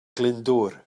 glyndŵr